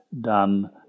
done